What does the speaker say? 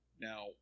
Now